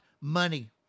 Money